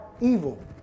evil